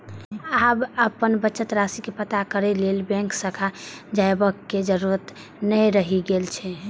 आब अपन बचत राशि के पता करै लेल बैंक शाखा जयबाक जरूरत नै रहि गेल छै